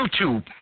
YouTube